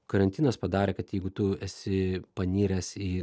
karantinas padarė kad jeigu tu esi paniręs į